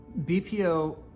bpo